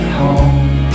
home